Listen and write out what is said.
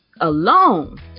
alone